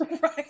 right